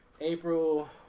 April